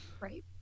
Right